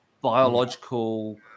biological